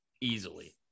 easily